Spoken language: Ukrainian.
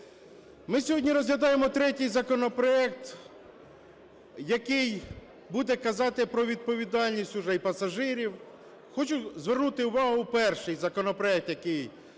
Ми сьогодні розглядаємо третій законопроект, який буде казати про відповідальність уже і пасажирів. Хочу звернути увагу, перший законопроект, який